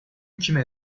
kime